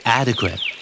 adequate